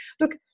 look